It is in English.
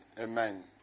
Amen